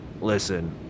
listen